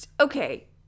okay